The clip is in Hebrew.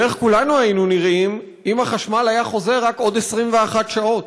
ואיך כולנו היינו נראים אם החשמל היה חוזר רק עוד 21 שעות?